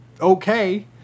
Okay